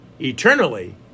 eternally